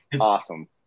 awesome